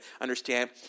understand